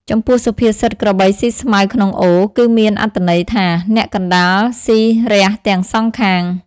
ចំពោះ សុភាសិតក្របីស៊ីស្មៅក្នុងអូរ គឺមានអត្ថន័យថា អ្នកកណ្ដាលស៊ីរះទាំងសងខាង ។